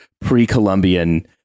pre-Columbian